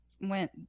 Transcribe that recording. went